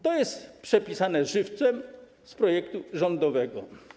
To jest przepisane żywcem z projektu rządowego.